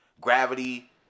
Gravity